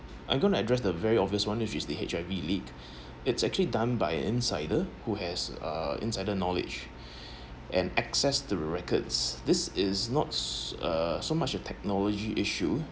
I'm going to address the very obvious one which is the H_I_V leaked it's actually done by insider who has a insider knowledge and access the records this is not uh so much a technology issue